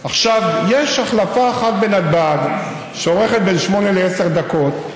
יש החלפה אחת בנתב"ג, שאורכת בין שמונה לעשר דקות,